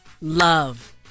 love